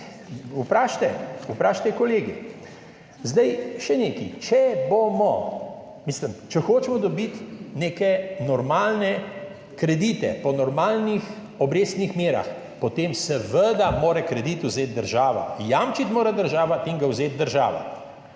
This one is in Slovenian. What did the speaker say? Vprašajte, vprašajte kolege. Še nekaj. Če hočemo dobiti neke normalne kredite po normalnih obrestnih merah, potem seveda mora kredit vzeti država, jamčiti mora država in ga vzeti država.